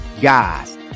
Guys